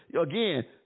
again